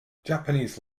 japanese